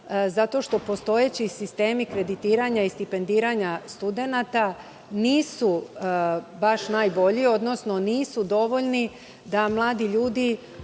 zato što postojeći sistemi kreditiranja i stipendiranja studenata nisu baš najbolji, odnosno nisu dovoljni da mladi ljudi